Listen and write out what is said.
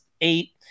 eight